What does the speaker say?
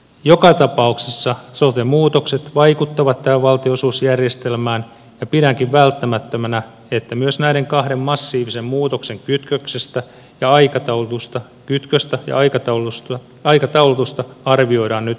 joka tapauksessa sote muutokset vaikuttavat tähän valtionosuusjärjestelmään ja pidänkin välttämättömänä että myös näiden kahden massiivisen muutoksen kytköstä ja aikataulutusta arvioidaan nyt eduskuntakäsittelyssä